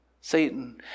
Satan